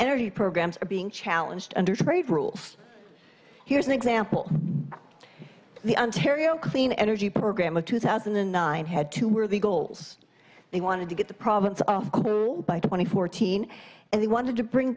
energy programs are being challenged under trade rules here's an example the ontario clean energy program of two thousand and nine had to worthy goals they wanted to get the province off by twenty fourteen and they wanted to bring